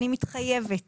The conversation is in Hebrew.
אני מתחייבת